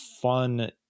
fun